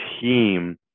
team